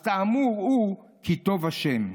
אז טעמו וראו כי טוב השם.